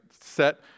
set